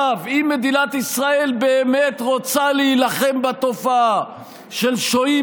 אם מדינת ישראל באמת רוצה להילחם בתופעה של שוהים